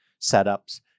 setups